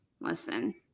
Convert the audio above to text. listen